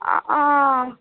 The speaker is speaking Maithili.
अऽ अऽ